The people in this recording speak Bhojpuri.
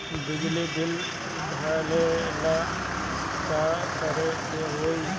बिजली बिल भरेला का करे के होई?